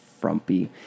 frumpy